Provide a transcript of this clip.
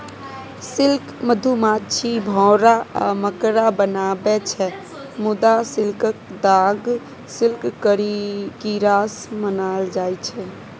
silk मधुमाछी, भौरा आ मकड़ा बनाबै छै मुदा सिल्कक ताग सिल्क कीरासँ बनाएल जाइ छै